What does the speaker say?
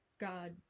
God